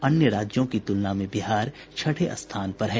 अन्य राज्यों की तुलना में बिहार छठे स्थान पर है